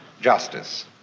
justice